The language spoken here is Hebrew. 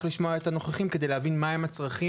לשמוע את הנוכחים על מנת להבין בעצם מה הם הצרכים,